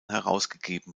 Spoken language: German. herausgegeben